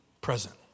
present